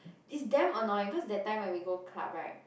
it's damn annoying cause that time when we go club right